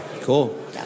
Cool